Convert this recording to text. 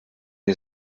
wir